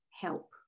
help